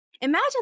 imagine